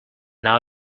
now